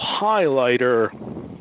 highlighter